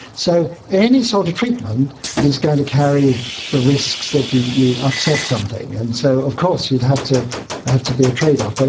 so any sort of treatment is going to carry the risks that you you upset something, and so of course there'd have to have to be a trade-off. but